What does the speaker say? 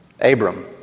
Abram